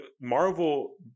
Marvel